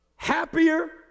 Happier